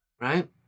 right